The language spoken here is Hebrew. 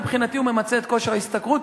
מבחינתי הוא ממצה את כושר ההשתכרות,